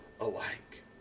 alike